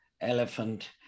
elephant